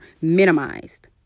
minimized